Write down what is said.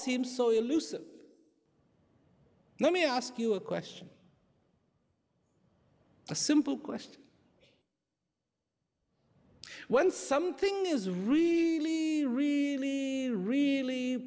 seems so elusive let me ask you a question a simple question when something is really really really